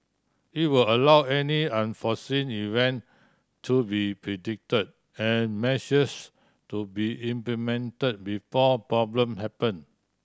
it will allow any unforeseen event to be predict and measures to be implement before problem happen